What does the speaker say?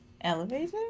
elevator